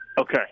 Okay